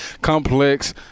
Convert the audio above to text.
Complex